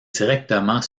directement